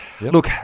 Look